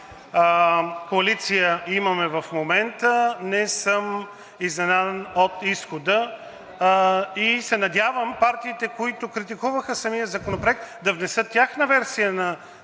коалиция имаме в момента, не съм изненадан от изхода и се надявам партиите, които критикуваха самия законопроект, да внесат тяхна версия на